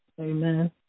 Amen